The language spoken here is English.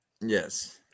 Yes